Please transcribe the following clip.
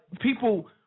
people